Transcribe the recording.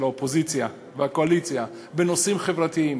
האופוזיציה והקואליציה בנושאים חברתיים,